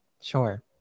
Sure